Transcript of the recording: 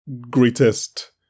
greatest